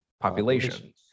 population